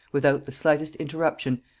without the slightest interruption,